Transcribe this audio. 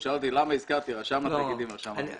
הוא שאל אותי למה הזכרתי את רשם התאגידים ואת רשם העמותות.